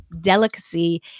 delicacy